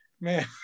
man